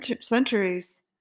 centuries